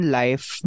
life